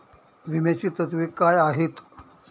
विम्याची तत्वे काय आहेत?